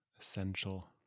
Essential